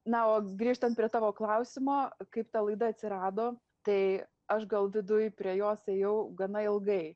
na o grįžtant prie tavo klausimo kaip ta laida atsirado tai aš gal viduj prie jos ėjau gana ilgai